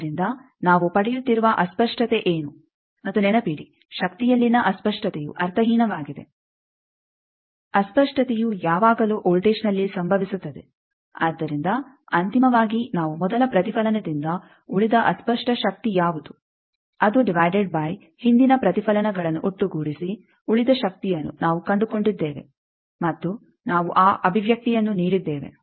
ಆದ್ದರಿಂದ ನಾವು ಪಡೆಯುತ್ತಿರುವ ಅಸ್ಪಷ್ಟತೆ ಏನು ಮತ್ತು ನೆನಪಿಡಿ ಶಕ್ತಿಯಲ್ಲಿನ ಅಸ್ಪಷ್ಟತೆಯು ಅರ್ಥಹೀನವಾಗಿದೆ ಅಸ್ಪಷ್ಟತೆಯು ಯಾವಾಗಲೂ ವೋಲ್ಟೇಜ್ನಲ್ಲಿ ಸಂಭವಿಸುತ್ತದೆ ಆದ್ದರಿಂದ ಅಂತಿಮವಾಗಿ ನಾವು ಮೊದಲ ಪ್ರತಿಫಲನದಿಂದ ಉಳಿದ ಅಸ್ಪಷ್ಟ ಶಕ್ತಿ ಯಾವುದು ಅದು ಡಿವೈಡೆಡ್ ಬೈ ಹಿಂದಿನ ಪ್ರತಿಫಲನಗಳನ್ನು ಒಟ್ಟುಗೂಡಿಸಿ ಉಳಿದ ಶಕ್ತಿಯನ್ನು ನಾವು ಕಂಡುಕೊಂಡಿದ್ದೇವೆ ಮತ್ತು ನಾವು ಆ ಅಭಿವ್ಯಕ್ತಿಯನ್ನು ನೀಡಿದ್ದೇವೆ